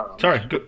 sorry